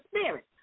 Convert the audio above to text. spirit